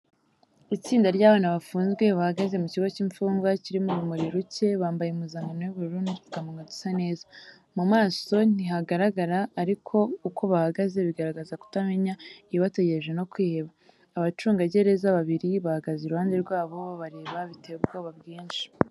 Itsinda ry’abana bafunzwe bahagaze mu kigo cy’imfungwa kirimo urumuri ruke, bambaye impuzankano y'ubururu n’udupfukamunwa dusa neza. Mu maso ntihagaragara, ariko uko bahagaze bigaragaza kutamenya ibibategereje no kwiheba. Abacungagereza babiri bahagaze iruhande rwabo, babareba biteye ubwoba bwinshi.